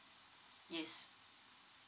yes